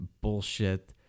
bullshit